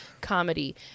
comedy